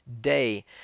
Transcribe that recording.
day